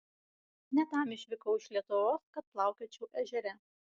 ne tam išvykau iš lietuvos kad plaukiočiau ežere